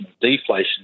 deflation